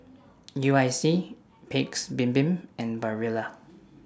U I C Paik's Bibim and Barilla